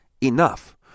enough